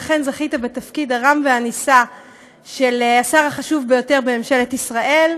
ולכן זכית בתפקיד הרם והנישא של השר החשוב ביותר בממשלת ישראל.